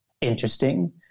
interesting